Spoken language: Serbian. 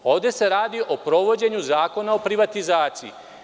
Ovde se radi o sprovođenju Zakona o privatizaciji.